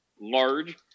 large